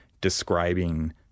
describing